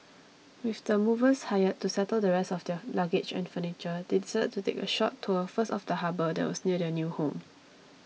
with the movers hired to settle the rest of their luggage and furniture they decided to take a short tour first of the harbour that was near their new home